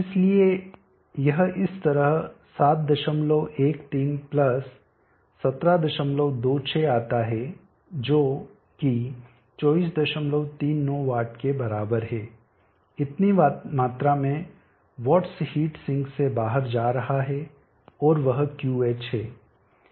इसलिए यह इस तरह 713 1726 आता है जो कि 2439 वाट के बराबर है इतनी मात्रा में वाट्स हीट सिंक से बाहर जा रहा है और वह QH है